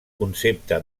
concepte